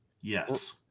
yes